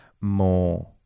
more